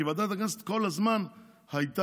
כי ועדת הכנסת כל הזמן הייתה,